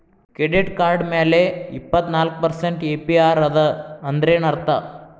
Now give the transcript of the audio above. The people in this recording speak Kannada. ಕೆಡಿಟ್ ಕಾರ್ಡ್ ಮ್ಯಾಲೆ ಇಪ್ಪತ್ನಾಲ್ಕ್ ಪರ್ಸೆಂಟ್ ಎ.ಪಿ.ಆರ್ ಅದ ಅಂದ್ರೇನ್ ಅರ್ಥ?